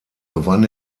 gewann